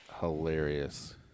hilarious